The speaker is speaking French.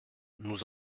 nous